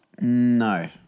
No